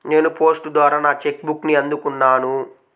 నేను పోస్ట్ ద్వారా నా చెక్ బుక్ని అందుకున్నాను